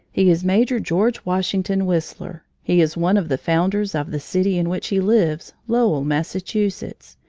he is major george washington whistler. he is one of the founders of the city in which he lives, lowell, massachusetts.